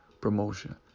promotion